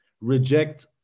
reject